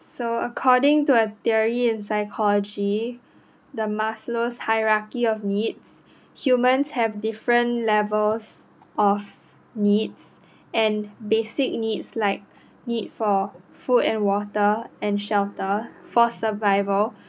so according to a theory in psychology the Maslow's hierarchy of needs humans have different levels of needs and basic needs like need for food and water and shelter for survival